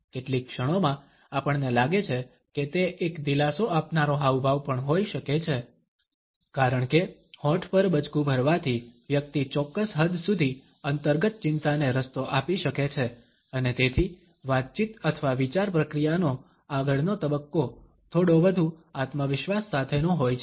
કેટલીક ક્ષણોમાં આપણને લાગે છે કે તે એક દિલાસો આપનારો હાવભાવ પણ હોઈ શકે છે કારણ કે હોઠ પર બચકું ભરવાથી વ્યક્તિ ચોક્કસ હદ સુધી અંતર્ગત ચિંતાને રસ્તો આપી શકે છે અને તેથી વાતચીત અથવા વિચાર પ્રક્રિયાનો આગળનો તબક્કો થોડો વધુ આત્મવિશ્વાસ સાથેનો હોય છે